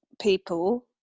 people